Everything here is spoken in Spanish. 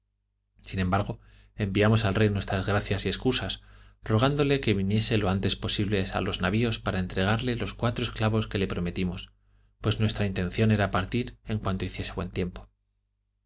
sin embargo enviamos al rey nuestras gracias y excusas rogándole que viniese lo antes posible a los navios para entregarle los cuatro esclavos que le prometimos pues nuestra intención era partir en cuanto hiciese buen tiempo